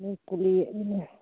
ᱠᱩᱞᱤᱭᱮᱫ ᱵᱮᱱᱟ